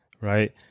Right